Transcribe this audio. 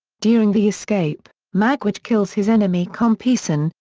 during the escape, magwitch kills his enemy compeyson,